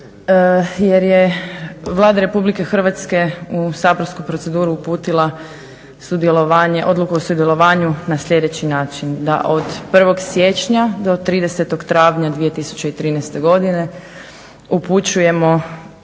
jer je Vlada Republike Hrvatske u saborsku proceduru uputila odluku o sudjelovanju na sljedeći način, da od 1. siječnja do 30.travnja 2013. godine upućujemo